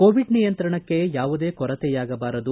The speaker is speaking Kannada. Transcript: ಕೋವಿಡ್ ನಿಯಂತ್ರಣಕ್ಕೆ ಯಾವುದೇ ಕೊರತೆಯಾಗಬಾರದು